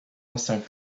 anciens